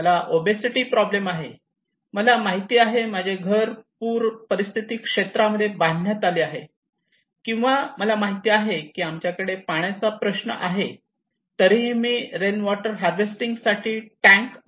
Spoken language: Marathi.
मला ओबेसिटी प्रॉब्लेम आहे मला माहिती आहे माझे घर पूर परिस्थिती क्षेत्रा मध्ये बांधण्यात आले आहे किंवा मला माहिती आहे की आमच्याकडे पाण्याचा प्रश्न आहे तरीही मी रेन वॉटर हार्वेस्टिंग साठी लागणारे टँक मी बांधले नाही